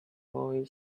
boy